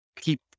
keep